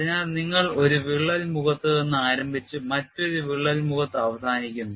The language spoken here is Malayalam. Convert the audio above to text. അതിനാൽ നിങ്ങൾ ഒരു വിള്ളൽ മുഖത്ത് നിന്ന് ആരംഭിച്ച് മറ്റൊരു വിള്ളൽ മുഖത്ത് അവസാനിക്കുന്നു